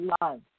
love